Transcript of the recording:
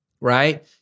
right